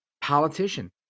politician